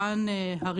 יבואן